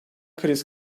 kriz